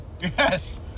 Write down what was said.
Yes